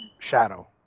Shadow